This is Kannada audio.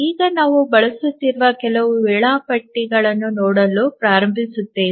ಈಗ ನಾವು ಬಳಸುತ್ತಿರುವ ಕೆಲವು ವೇಳಾಪಟ್ಟಿಗಳನ್ನು ನೋಡಲು ಪ್ರಾರಂಭಿಸುತ್ತೇವೆ